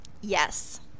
Yes